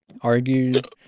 argued